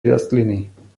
rastliny